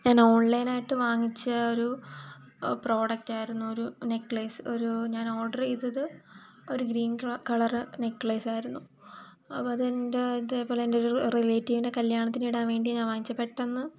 ഞാൻ ഓൺലൈൻ ആയിട്ട് വാങ്ങിച്ച ഒരു പ്രോഡക്റ്റ് ആയിരുന്നു ഒരു നെക്ലെയ്സ് ഒരു ഞാൻ ഓഡറ് ചെയ്തത് ഒരു ഗ്രീൻ കളറ് നെക്ലെസ് ആയിരുന്നു അപ്പം അത് എൻ്റെ ഇതേപോലെ എൻ്റെ ഒരു റിലേറ്റീവിൻ്റെ കല്യാണത്തിന് ഇടാൻ വേണ്ടിയാണ് ഞാൻ വാങ്ങിച്ചത് പെട്ടെന്ന്